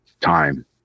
time